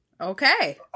Okay